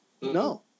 No